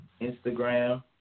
Instagram